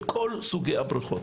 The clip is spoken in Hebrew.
כל סוגי הבריכות.